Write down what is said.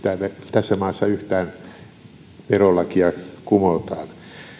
tässä maassa yhtään verolakia kumotaan